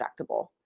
injectable